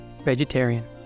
Vegetarian